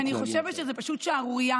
אני חושבת שזאת פשוט שערורייה,